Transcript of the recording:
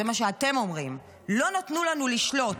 זה מה שאתם אומרים: לא נתנו לנו לשלוט.